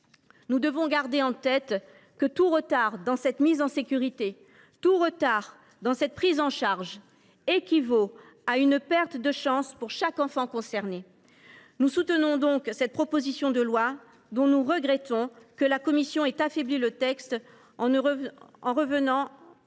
Nous devons garder en tête que tout retard dans cette mise en sécurité, tout retard dans cette prise en charge équivaut à une perte de chance pour chaque enfant concerné. Le groupe CRCE K soutient donc cette proposition de loi, tout en regrettant que la commission en ait affaibli le texte en revenant sur